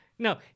No